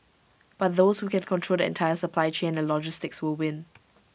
but those who can control the entire supply chain and logistics will win